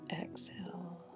exhale